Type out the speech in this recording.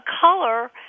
color